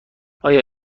آیا